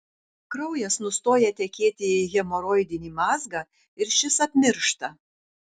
kraujas nustoja tekėti į hemoroidinį mazgą ir šis apmiršta